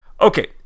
Okay